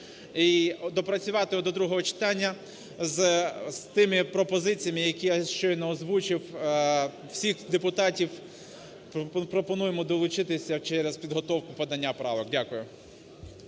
і доопрацювати його до другого читання з тими пропозиціями, які я щойно озвучив. Всіх депутатів пропонуємо долучитися через підготовку подання правок. Дякую.